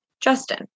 Justin